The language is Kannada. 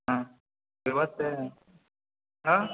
ಹಾಂ ಇವತ್ತೇ ಹಾಂ